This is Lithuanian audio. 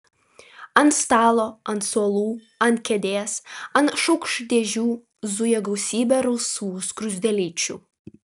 ant stalo ant suolų ant kėdės ant šaukštdėčių zuja gausybė rausvų skruzdėlyčių